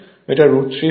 এটা রুট 3 হবে